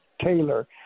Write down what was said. taylor